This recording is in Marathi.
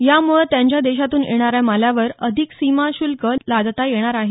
यामुळं त्यांच्या देशातून येणाऱ्या मालावर अधिक सीमा शुल्क लादता येणार आहे